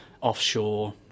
offshore